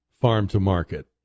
farm-to-market